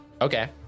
Okay